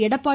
Edappadi